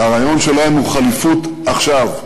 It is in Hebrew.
והרעיון שלהם הוא ח'ליפוּת עכשיו.